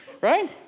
right